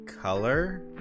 Color